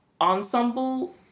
ensemble